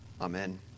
Amen